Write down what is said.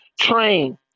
train